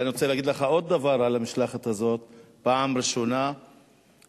ואני רוצה להגיד לך עוד דבר על המשלחת הזאת: פעם ראשונה היה נציג,